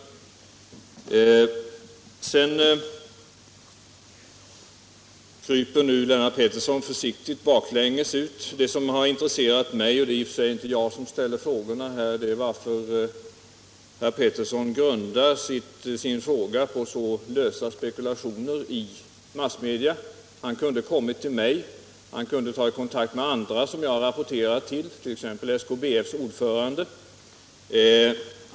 Om uttalande rörande förutsättningarna för avtal om upparbetning av använt kärnbränsle Om uttalande rörande förutsättningarna för avtal om upparbetning av använt kärnbränsle Nu kryper Lennart Pettersson försiktigt baklänges ut. Det som intresserar mig — i och för sig är det inte jag som ställer frågorna här — är varför herr Pettersson grundar sin fråga på så lösa spekulationer i massmedia. Han kunde ha kommit till mig, han kunde ha tagit kontakt med andra som jag rapporterar till, t.ex. SKBF:s ordförande.